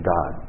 God